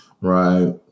right